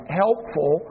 helpful